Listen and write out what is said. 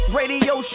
radio